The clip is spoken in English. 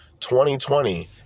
2020